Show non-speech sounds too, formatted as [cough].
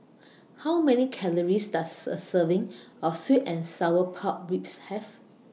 How Many [noise] Calories Does A Serving of Sweet and Sour Pork Ribs Have